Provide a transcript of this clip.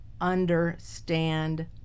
understand